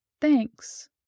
Thanks